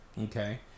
Okay